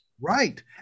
Right